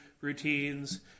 routines